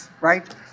Right